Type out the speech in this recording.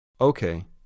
Okay